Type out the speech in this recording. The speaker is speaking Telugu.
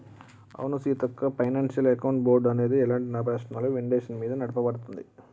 అవును సీతక్క ఫైనాన్షియల్ అకౌంట్ బోర్డ్ అనేది ఎలాంటి లాభనష్టాలు విండేషన్ మీద నడపబడుతుంది